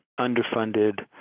underfunded